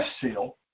seal